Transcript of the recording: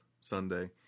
Sunday